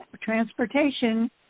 Transportation